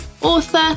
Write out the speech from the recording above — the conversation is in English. author